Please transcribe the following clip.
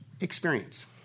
experience